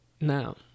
Now